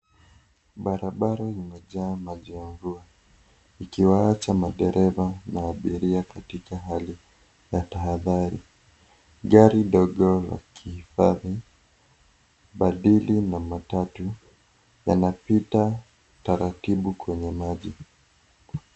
Barabara imejaa maji ya mvua ikiwaacha madereva na abiria katika hali ya tahadhari . Gari ndogo la kuhifadhi mabidi na matatu yanapita taratibu Kwenye maji.